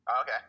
Okay